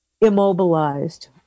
immobilized